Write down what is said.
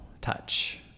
touch